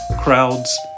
crowds